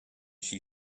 she